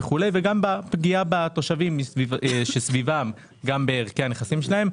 וגם לפגיעה בתושבים שסביבם ובערכי הנכסים שלהם.